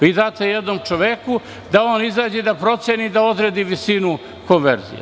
Vi date jednom čoveku da on izađe i da proceni, da odredi visinu konverzije.